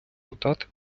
депутат